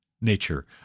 nature